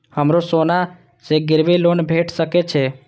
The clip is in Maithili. हमरो सोना से गिरबी लोन भेट सके छे?